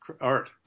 art